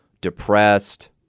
depressed